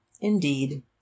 indeed